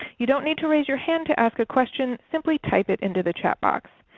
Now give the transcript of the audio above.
you don't need to raise your hand to ask a question, simply type it into the chat box.